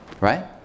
Right